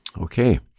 Okay